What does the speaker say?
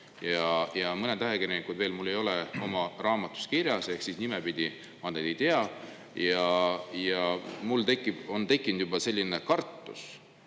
ja mõned ajakirjanikud veel mul ei ole oma raamatus kirjas ehk nimepidi ma neid ei tea. Ja mul on tekkinud juba selline kartus,